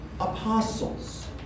apostles